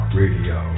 radio